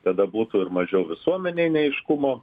tada būtų ir mažiau visuomenei neaiškumo